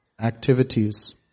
activities